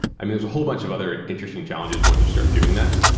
um there's a whole bunch of other interesting challenges once you start doing that,